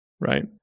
right